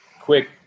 quick